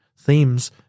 themes